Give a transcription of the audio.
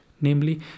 namely